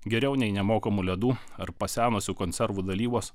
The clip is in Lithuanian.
geriau nei nemokamų ledų ar pasenusių konservų dalybos